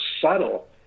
subtle